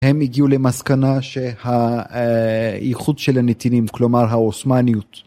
הם הגיעו למסקנה שהאיכות של הנתינים, כלומר האוסמניות.